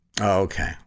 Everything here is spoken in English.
Okay